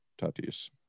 Tatis